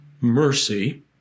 mercy